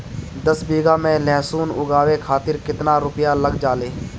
दस बीघा में लहसुन उगावे खातिर केतना रुपया लग जाले?